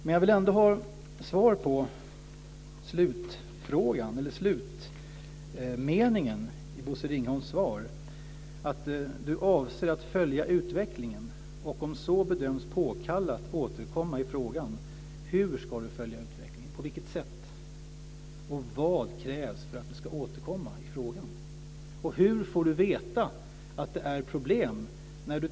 Men jag vill ändå ha ett svar när det gäller slutmeningen i Bosse Ringholms svar, dvs. att han avser att följa utvecklingen och om så bedöms påkallat återkomma i frågan. På vilket sätt ska han följa utvecklingen, och vad krävs för att han ska återkomma i frågan? Och hur får han veta att det är problem?